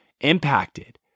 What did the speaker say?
impacted